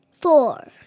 Four